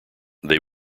they